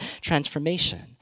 transformation